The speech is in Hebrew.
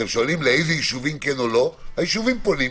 אתם שואלים לאיזה ישובים כן או לא הישובים פונים,